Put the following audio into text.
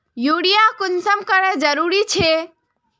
Urea कुंसम करे जरूरी छै?